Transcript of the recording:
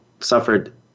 suffered